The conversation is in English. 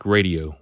Radio